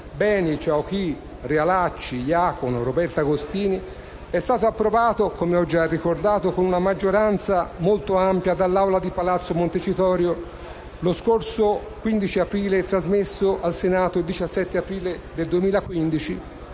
Chaouki, Realacci, Iacono e Roberta Agostini, è stato approvato - come ho già ricordato - con una maggioranza molto ampia dall'Assemblea di palazzo Montecitorio lo scorso 15 aprile e trasmesso al Senato il 17 aprile 2015,